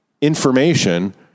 information